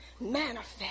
manifest